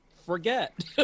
forget